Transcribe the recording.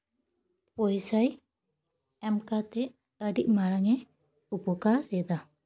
ᱯᱚᱭᱥᱟᱭ ᱮᱢ ᱠᱟᱛᱮ ᱟᱹᱰᱤ ᱢᱟᱨᱟᱝ ᱮ ᱩᱯᱚᱠᱟᱨ ᱮᱫᱟ